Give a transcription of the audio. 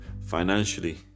financially